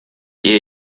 ihr